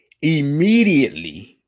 immediately